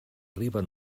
riba